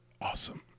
awesome